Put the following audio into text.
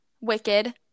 Wicked